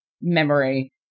memory